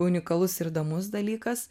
unikalus ir įdomus dalykas